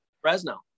fresno